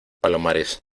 palomares